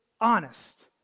honest